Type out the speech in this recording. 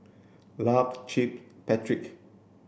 Lark Chip Patrick